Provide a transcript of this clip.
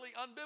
unbiblical